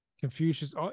Confucius